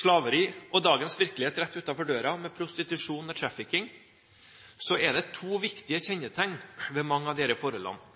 slaveri eller dagens virkelighet rett utenfor døra, med prostitusjon og trafficking, er det to viktige kjennetegn ved mange av disse forholdene: